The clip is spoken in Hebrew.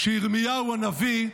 כשירמיהו הנביא,